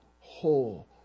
whole